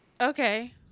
Okay